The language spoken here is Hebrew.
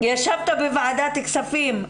ישבת בוועדת הכספים,